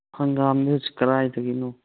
ꯍꯪꯒꯥꯝꯗꯤ ꯍꯧꯖꯤꯛ ꯀꯗꯥꯏꯗꯒꯤꯅꯣ